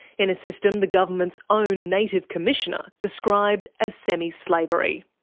in a system the government's own native commissioner described as semi-slavery.